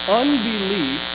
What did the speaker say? unbelief